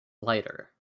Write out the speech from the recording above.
lighter